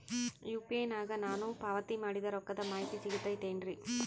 UPI ನಾಗ ನಾನು ಪಾವತಿ ಮಾಡಿದ ರೊಕ್ಕದ ಮಾಹಿತಿ ಸಿಗುತೈತೇನ್ರಿ?